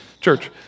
Church